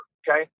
okay